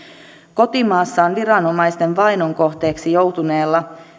kotimaassaan viranomaisten vainon kohteeksi joutuneella